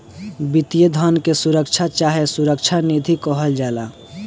वित्तीय धन के सुरक्षा चाहे सुरक्षा निधि कहल जाला